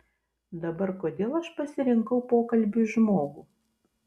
dabar kodėl aš pasirinkau pokalbiui žmogų